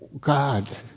God